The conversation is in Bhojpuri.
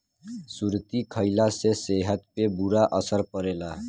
सुरती खईला से सेहत पे बुरा असर पड़ेला